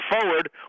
forward